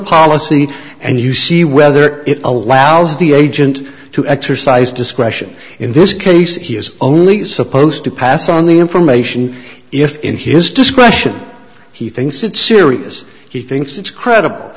policy and you see whether it allows the agent to exercise discretion in this case if he is only supposed to pass on the information if in his discretion he thinks it's serious he thinks it's credible